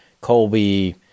Colby